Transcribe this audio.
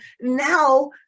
Now